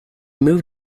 moved